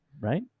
right